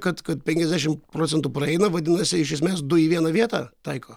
kad kad penkiasdešim procentų praeina vadinasi iš esmės du į vieną vietą taiko